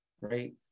right